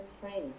training